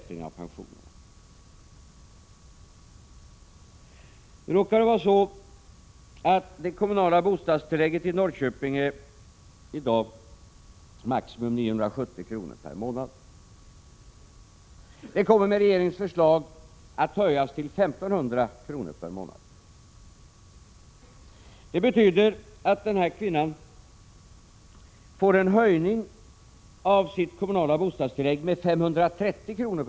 Nu råkar det vara så att det kommunala bostadstillägget i Norrköping i dag är maximum 970 kr. per månad. Det kommer med regeringens förslag att höjas till I 500 kr. per månad. Det betyder att den här kvinnan får en höjning av sitt kommunala bostadstillägg med 530 kr.